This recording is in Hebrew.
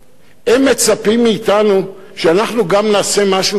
הם מצפים מאתנו שאנחנו גם נעשה משהו בעבורם.